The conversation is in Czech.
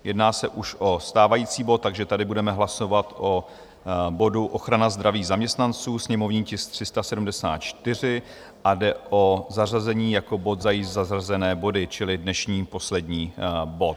Jedná se už o stávající bod, takže tady budeme hlasovat o bodu Ochrana zdraví zaměstnanců, sněmovní tisk 374, a jde o zařazení bodu za již zařazené body, čili dnešní poslední bod.